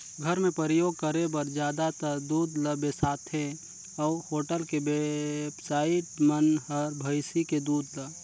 घर मे परियोग करे बर जादातर दूद ल बेसाथे अउ होटल के बेवसाइ मन हर भइसी के दूद ल